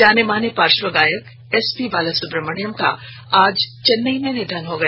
जाने माने पार्शव गायक एसपी बालासुब्रमण्यम का आज चेन्नंई में निधन हो गया